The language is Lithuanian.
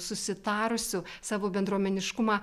susitarusių savo bendruomeniškumą